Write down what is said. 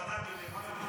איפה הלשכה שלו בכנסת?